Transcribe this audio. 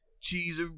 cheese